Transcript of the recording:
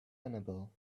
annabelle